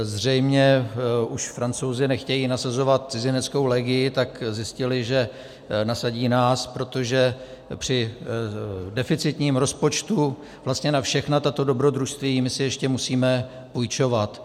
Zřejmě už Francouzi nechtějí nasazovat cizineckou legii, tak zjistili, že nasadí nás, protože při deficitním rozpočtu na všechna tato dobrodružství my si ještě musíme půjčovat.